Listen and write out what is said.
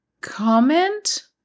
comment